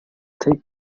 take